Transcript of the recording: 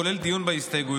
כולל דיון בהסתייגויות.